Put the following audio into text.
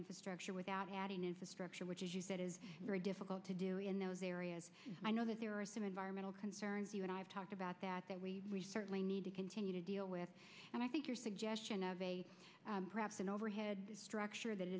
infrastructure without adding infrastructure which as you said is very difficult to do in those areas i know that there are some environmental concerns you and i have talked about that that we certainly need to continue to deal with and i think your suggestion of perhaps an overhead structure that